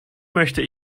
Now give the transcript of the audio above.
möchte